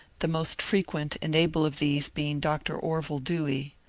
the most frequent and able of these being dr. orville dewey.